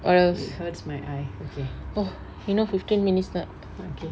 what else you know fifteen minutes left